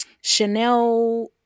Chanel